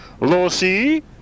Lucy